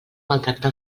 maltracta